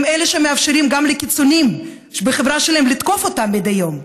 הם אלה שמאפשרים גם לקיצוניים בחברה שלהם לתקוף אותם מדי יום,